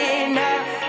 enough